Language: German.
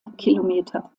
kilometer